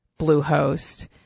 Bluehost